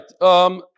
right